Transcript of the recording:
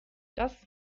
das